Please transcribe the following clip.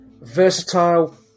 Versatile